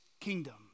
kingdom